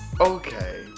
Okay